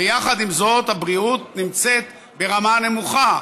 ויחד עם זאת הבריאות נמצאת ברמה נמוכה.